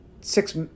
six